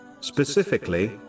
Specifically